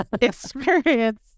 Experience